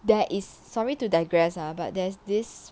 there is sorry to digress lah but there's this